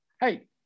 Hey